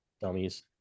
dummies